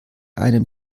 einem